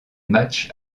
matchs